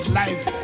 life